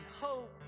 hope